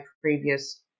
previous